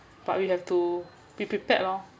but we have to be prepared lor